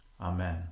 Amen